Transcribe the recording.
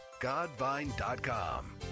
godvine.com